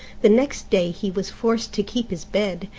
the next day he was forced to keep his bed,